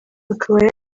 akaba